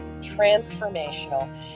transformational